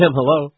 hello